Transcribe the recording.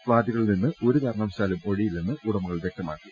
ഫ്ളാറ്റുകളിൽ നിന്ന് ഒരു കാരണവ ശാലും ഒഴിയില്ലെന്ന് ഉടമകൾ വൃക്തമാക്കി